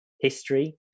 history